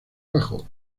bajo